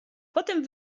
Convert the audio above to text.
potem